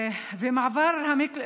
ומעבר.